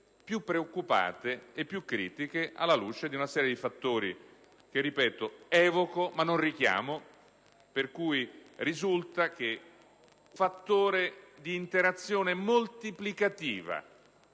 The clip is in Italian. più preoccupate e più critiche alla luce di una serie di fattori che, ripeto, evoco, ma non richiamo: risulta che un fattore di interazione moltiplicativa